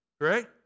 right